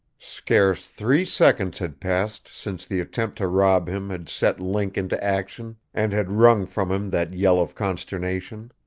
scarce three seconds had passed since the attempt to rob him had set link into action and had wrung from him that yell of consternation.